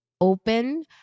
open